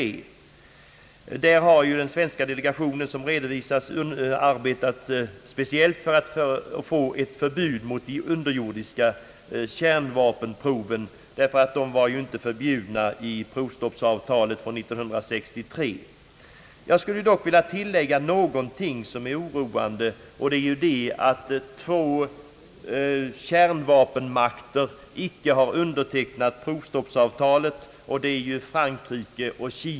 Såsom redovisats har den svenska delegationen arbetat speciellt på att få till stånd ett förbud mot underjordiska kärnvapenprov, som ju inte är förbjudna enligt avtalet från 1963. Oroande är att två kärnvapenmakter — Frankrike och Kina — icke har undertecknat provstoppsavtalet.